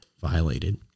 violated